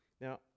Now